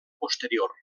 posterior